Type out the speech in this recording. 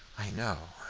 i know,